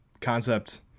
concept